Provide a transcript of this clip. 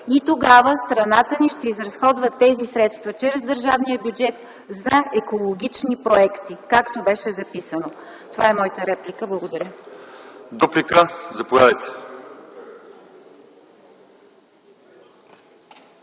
и тогава страната ни ще изразходва тези средства чрез държавния бюджет за екологични проекти, както беше записано. Това е моята реплика. Благодаря. ПРЕДСЕДАТЕЛ